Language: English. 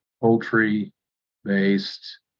poultry-based